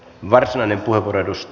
arvoisa puhemies